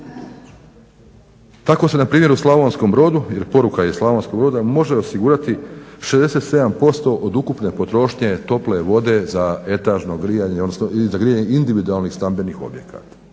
Tako se npr. u Slavonskom Brodu jer poruka je iz Slavonskog Broda može osigurati 67% od ukupne potrošnje tople vode za etažno grijanje ili za grijanje individualnih stambenih objekata.